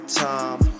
time